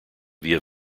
via